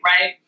Right